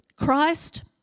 Christ